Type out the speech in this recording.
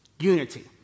unity